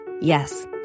yes